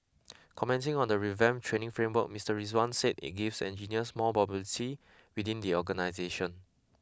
commenting on the revamped training framework Mister Rizwan said it gives engineers more mobility within the organisation